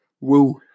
Woo